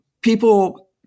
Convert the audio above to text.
people